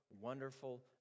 wonderful